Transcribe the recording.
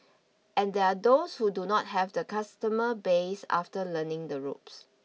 and there are those who do not have the customer base after learning the ropes